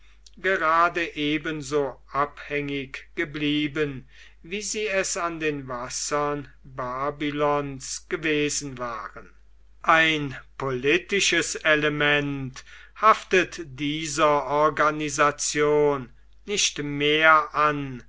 gerade ebenso abhängig geblieben wie sie es an den wassern babylons gewesen waren ein politisches element haftet dieser organisation nicht mehr an